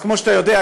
אז כמו שאתה יודע,